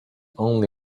only